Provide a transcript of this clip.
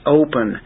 open